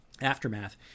aftermath